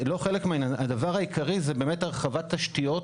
הדבר העיקרי זה באמת הרחבת תשתיות